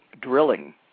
drilling